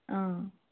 অঁ